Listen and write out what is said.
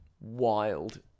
Wild